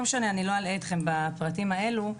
לא אלאה אתכם בפרטים האלו.